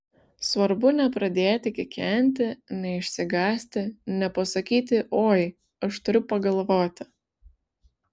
svarbu nepradėti kikenti neišsigąsti nepasakyti oi aš turiu pagalvoti